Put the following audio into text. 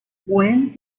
when